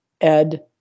Ed